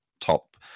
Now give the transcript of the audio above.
top